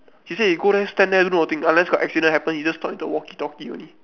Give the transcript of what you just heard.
he say you go there stand there do nothing unless got accident happen you just talk into the walkie-talkie only